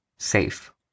safe